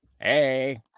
Hey